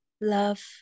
love